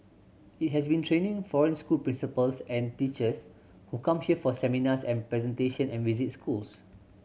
it has been training foreign school principals and teachers who come here for seminars and presentation and visit schools